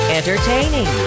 Entertaining